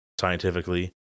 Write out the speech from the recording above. scientifically